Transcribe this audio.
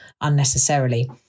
unnecessarily